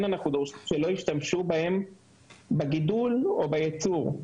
אנחנו דורשים שלא ישתמשו בהם בגידול או בייצור.